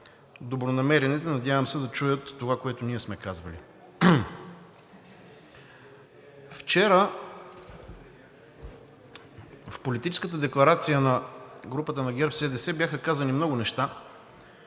добронамерените да чуят това, което ние сме казвали. Вчера в политическата декларация на групата на ГЕРБ-СДС бяха казани много неща.